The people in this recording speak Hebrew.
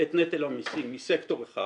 את נטל המיסים מסקטור אחד,